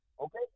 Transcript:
okay